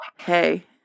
hey